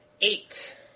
Eight